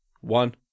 one